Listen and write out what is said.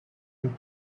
with